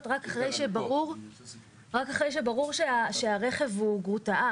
רק אחרי שברור שהרכב הוא גרוטאה.